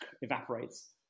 evaporates